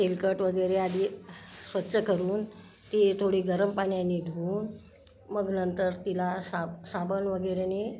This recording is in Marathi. तेलकट वगैरे आधी स्वच्छ करून ती थोडी गरम पाण्याने धुवून मग नंतर तिला साब साबण वगैरेने